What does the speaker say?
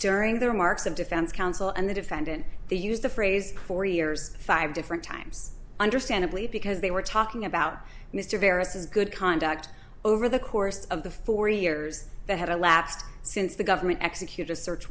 during the remarks of defense counsel and the defendant they used the phrase four years five different times understandably because they were talking about mr virus's good conduct over the course of the forty years that had elapsed since the government execute a search